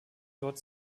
dort